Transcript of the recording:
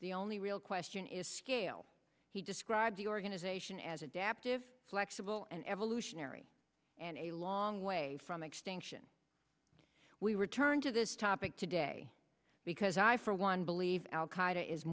the only real question is scale he described the organization as adaptive flexible and evolutionary and a long way from extinction we return to this topic today because i for one believe al